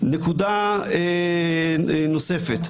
נקודה נוספת,